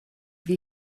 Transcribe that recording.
wir